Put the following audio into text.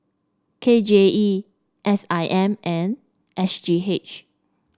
K J E S I M and S G H